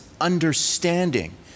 understanding